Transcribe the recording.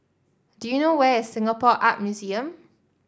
do you know where is Singapore Art Museum